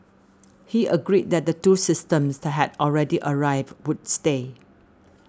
he agreed that the two systems had already arrived would stay